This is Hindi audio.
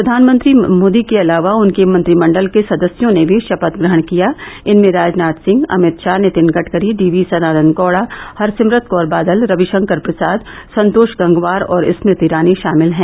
प्रधानमंत्री मोदी के अलावा उनके मंत्रिमंडल के सदस्यों ने भी शपथ ग्रहण किया इनमें राजनाथ सिंह अमित शाह नितिन गडकरी डी वी सदानन्द गौड़ा हरसिमरत कौर बादल रविशंकर प्रसाद संतोष गंगवार और स्मृति ईरानी शामिल हैं